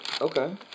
Okay